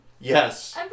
Yes